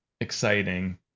exciting